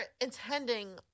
intending